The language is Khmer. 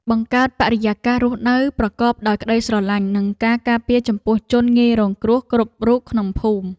បង្កើតបរិយាកាសរស់នៅប្រកបដោយក្តីស្រឡាញ់និងការការពារចំពោះជនងាយរងគ្រោះគ្រប់រូបក្នុងភូមិ។